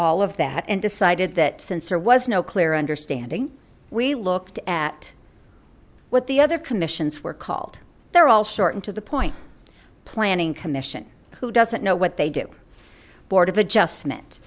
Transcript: all of that and decided that since there was no clear understanding we looked at what the other commission's were called they're all shortened to the point planning commission who doesn't know what they do board of adjustment